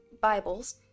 Bibles